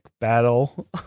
battle